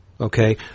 Okay